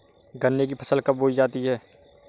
गन्ने की फसल कब बोई जाती है?